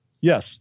yes